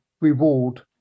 reward